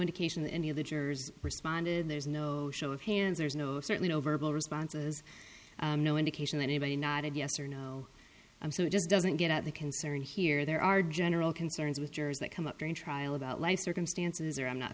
indication that any of the jurors responded there's no show of hands there's no certainly no verbal responses no indication that anybody nodded yes or no i'm so it just doesn't get out the concern here there are general concerns with jurors that come up during trial about life's circumstances or i'm not